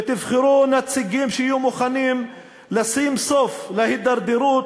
ותבחרו נציגים שיהיו מוכנים לשים סוף להידרדרות,